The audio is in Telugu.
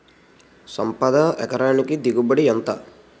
సంపద ఎకరానికి దిగుబడి ఎంత?